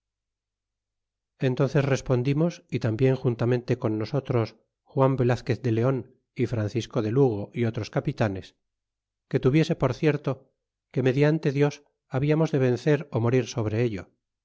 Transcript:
entnces respondimos y tambien juntamente con nosotros juan velazquez de leon y francisco de lugo y otros capitanes que tuviese por cierto que mediante dios hablamos de vencer ó morir sobre ello